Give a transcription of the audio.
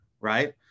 right